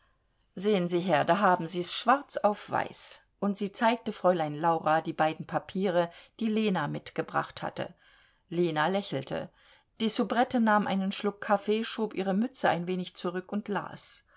sehen sie her da haben sie's schwarz auf weiß und sie zeigte fräulein laura die beiden papiere die lena mitgebracht hatte lena lächelte die soubrette nahm einen schluck kaffee schob ihre mütze ein wenig zurück und las